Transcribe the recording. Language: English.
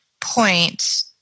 point